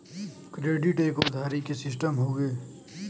credit एक उधारी के सिस्टम हउवे